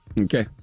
Okay